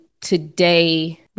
today